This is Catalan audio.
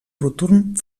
rotund